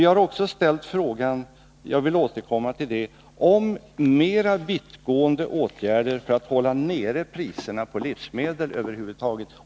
Vi har också krävt — jag skall återkomma till det — mera vittgående åtgärder för att hålla nere priserna på livsmedel över huvud taget.